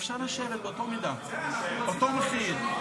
אפשר לשבת באותה מידה, אותו מחיר.